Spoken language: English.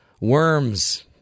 worms